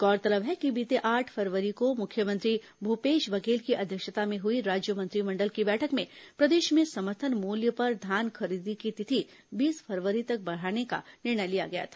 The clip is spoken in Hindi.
गौरतलब है कि बीते आठ फरवरी को मुख्यमंत्री भूपेश बधेल की अध्यक्षता में हुई राज्य मंत्रिमंडल की बैठक में प्रदेश में समर्थन मूल्य पर धान खरीदी की तिथि बीस फरवरी तक बढ़ाने का निर्णय लिया गया था